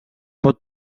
pot